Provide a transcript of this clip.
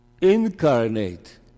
incarnate